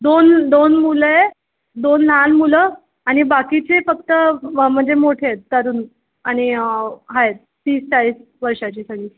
दोन दोन मुलं आहे दोन लहान मुलं आणि बाकीचे फक्त म्हणजे मोठे आहेत तरूण आणि आहेत तीस चाळीस वर्षाची तरी